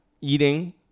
eating